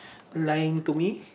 lying to me